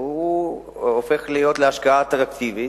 וזה הופך להיות השקעה אטרקטיבית,